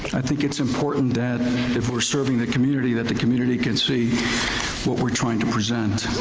i think it's important that if we're serving the community, that the community can see what we're trying to present,